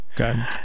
Okay